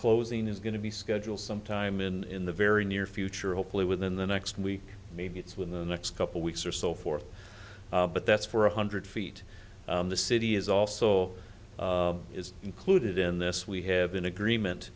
closing is going to be scheduled sometime in the very near future hopefully within the next week maybe it's when the next couple weeks or so forth but that's for one hundred feet the city is also is included in this we have an agreement